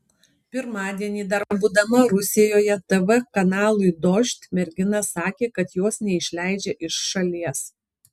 pirmadienį dar būdama rusijoje tv kanalui dožd mergina sakė kad jos neišleidžia iš šalies